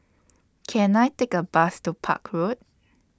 Can I Take A Bus to Park Road